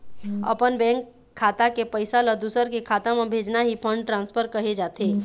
अपन बेंक खाता के पइसा ल दूसर के खाता म भेजना ही फंड ट्रांसफर कहे जाथे